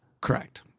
Correct